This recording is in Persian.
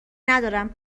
ندارم